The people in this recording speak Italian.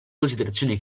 considerazione